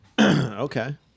Okay